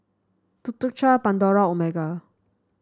Tuk Tuk Cha Pandora Omega